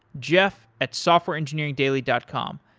jeff at softwareengineeringdaily dot com.